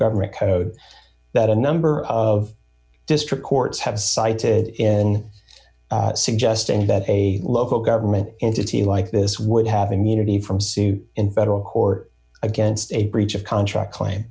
government code that a number of district courts have cited in suggesting that a local government entity like this would have immunity from suit in federal court against a breach of contract claim